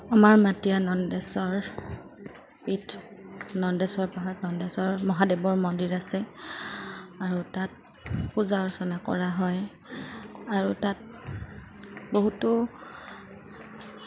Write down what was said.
আমাৰ মাতিয়া নন্দেশ্বৰ পীঠ নন্দেশ্বৰ পাহাৰ নন্দেশ্বৰ মহাদেৱৰ মন্দিৰ আছে আৰু তাত পূজা অৰ্চনা কৰা হয় আৰু তাত বহুতো